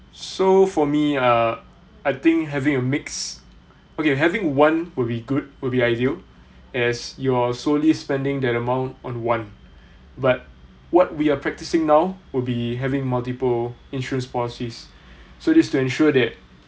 so for me err I think having a mix okay having one will be good will be ideal as you're solely spending that amount on one but what we are practicing now will be having multiple insurance policies so this is to ensure that